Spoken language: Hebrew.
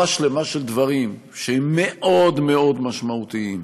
שלמה של דברים שהם מאוד מאוד משמעותיים: